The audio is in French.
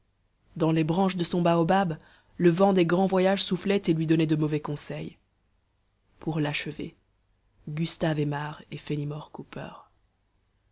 dans les branches de son baobab le vent des grands voyages soufflait et lui donnait de mauvais conseils pour l'achever gustave aimard et fenimore cooper